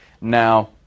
Now